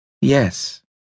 Yes